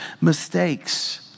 mistakes